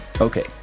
Okay